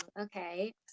okay